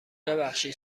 ببخشید